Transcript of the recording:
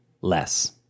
less